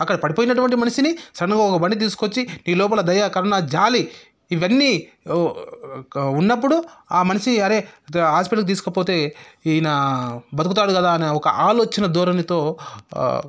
అక్కడ పడిపోయినటువంటి మనిషిని సడన్గా ఓ బండిని తీసుకొచ్చి ఈ లోపల దయ కరుణ జాలి ఇవన్నీ ఉన్నప్పుడు ఆ మనిషి అరే హాస్పిటల్కి తీసుకుపోతే ఈయనా బతుకుతాడు కదా అని ఒక ఆలోచన ధోరణితో